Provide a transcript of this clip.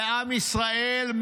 לעם ישראל,